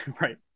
right